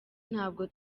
ntabwo